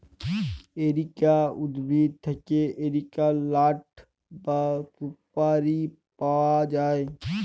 areca উদ্ভিদ থেক্যে areca লাট বা সুপারি পায়া যায়